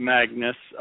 Magnus